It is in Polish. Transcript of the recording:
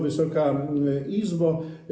Wysoka Izbo!